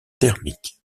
thermiques